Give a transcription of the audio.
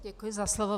Děkuji za slovo.